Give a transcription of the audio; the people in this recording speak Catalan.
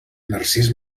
narcís